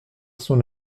son